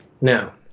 Now